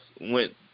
went